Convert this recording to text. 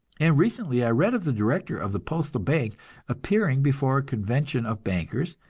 and recently i read of the director of the postal bank appearing before a convention of bankers,